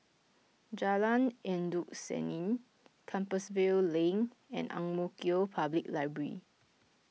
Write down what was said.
Jalan Endut Senin Compassvale Link and Ang Mo Kio Public Library